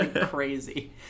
crazy